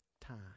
time